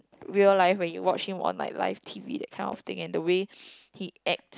real life where you watch him on like live T_V that kind of thing and the way he acts